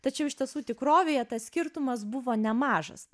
tačiau iš tiesų tikrovėje tas skirtumas buvo nemažas